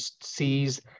sees